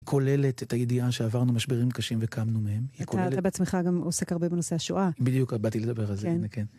כוללת את הידיעה שעברנו משברים קשים וקמנו מהם, היא כוללת... אתה בעצמך גם עוסק הרבה בנושא השואה. בדיוק, באתי לדבר על זה, כן.